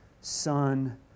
Son